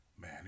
man